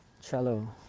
cello